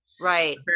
Right